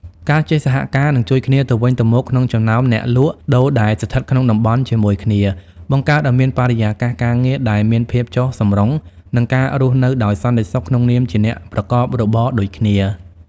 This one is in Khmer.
ការចេះសហការ និងជួយគ្នាទៅវិញទៅមកក្នុងចំណោមអ្នកលក់ដូរដែលស្ថិតក្នុងតំបន់ជាមួយគ្នា បង្កើតឱ្យមានបរិយាកាសការងារដែលមានភាពចុះសម្រុង និងការរស់នៅដោយសន្តិភាពក្នុងនាមជាអ្នកប្រកបរបរដូចគ្នា។